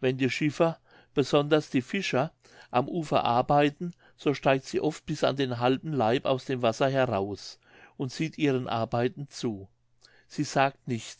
wenn die schiffer besonders die fischer am ufer arbeiten so steigt sie oft bis an den halben leib aus dem wasser heraus und sieht ihren arbeiten zu sie sagt nichts